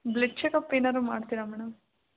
blood checkup ಏನಾದ್ರೂ ಮಾಡ್ತೀರಾ madam